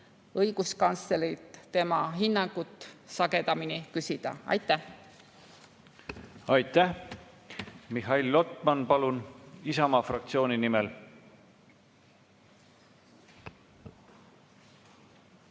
õiguskantslerilt tema hinnangut sagedamini küsida. Aitäh! Aitäh! Mihhail Lotman, palun! Isamaa fraktsiooni nimel.